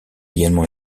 également